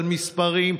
על מספרים,